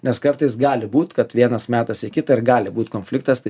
nes kartais gali būt kad vienas metasi kitą ir gali būt konfliktas tai